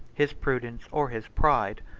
his prudence, or his pride,